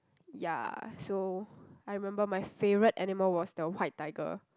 ya so I remember my favourite animal was the white tiger